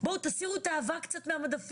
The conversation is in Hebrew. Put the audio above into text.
בואו תסירו קצת את האבק מהמדפים,